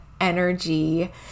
energy